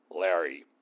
Larry